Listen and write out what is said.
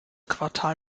quartal